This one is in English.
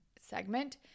segment